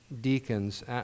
deacons